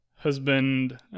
husband